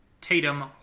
Tatum